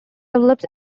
develops